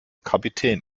kapitän